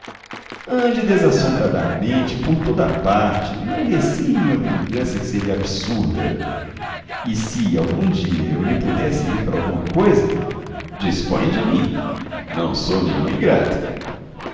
justo ande desassombradamente por toda a parte não receie uma vingança que seria absurda e se algum dia eu lhe puder servir para alguma coisa disponha de mim não sou nenhum ingrato